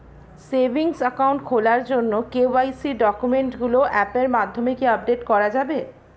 Savings account খোলার জন্য KYC ডকুমেন্টগুলো অ্যাপের মাধ্যমে কি আপডেট করা যাবে?